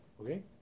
okay